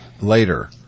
Later